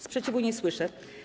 Sprzeciwu nie słyszę.